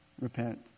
Repent